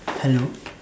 hello